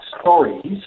stories